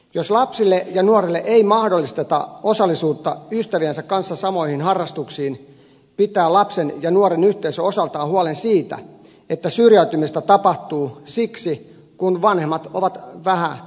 jos lapsille ja nuorille ei mahdollisteta osallisuutta ystäviensä kanssa samoihin harrastuksiin pitää lapsen ja nuoren yhteisö osaltaan huolen siitä että syrjäytymistä tapahtuu siksi kun vanhemmat ovat vähävaraisia